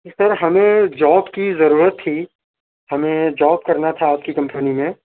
جی sir ہمیں job کی ضرورت تھی ہمیں جاب کرنا تھا آپ کی کمپنی میں